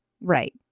Right